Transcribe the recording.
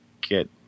get